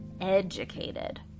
educated